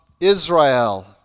Israel